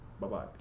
Bye-bye